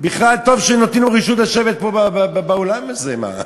בכלל טוב שנותנים לו רשות לשבת פה באולם הזה, מה.